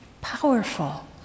Powerful